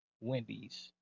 Wendy's